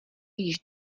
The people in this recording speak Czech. již